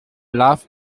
laugh